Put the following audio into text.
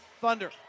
Thunder